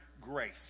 grace